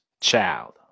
child